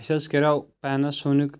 اسہِ حَظ کَریاو پیناسونِک